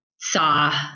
saw